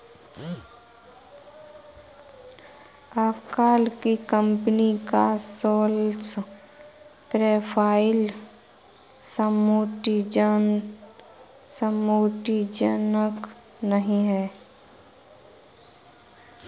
uncle की company का sales profile संतुष्टिजनक नही है